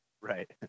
Right